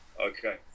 Okay